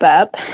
up